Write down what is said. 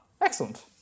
excellent